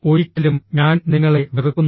ഒരിക്കലും ഞാൻ നിങ്ങളെ വെറുക്കുന്നു